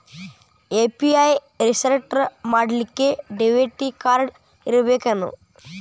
UPI register ಮಾಡ್ಲಿಕ್ಕೆ debit card ಇರ್ಬೇಕೇನು?